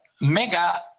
mega